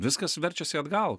viskas verčiasi atgal